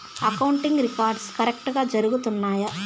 accounting records కరెక్టుగా జరుగుతున్నాయా